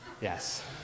Yes